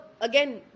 again